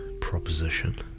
proposition